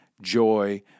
joy